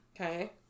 Okay